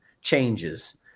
changes